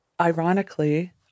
ironically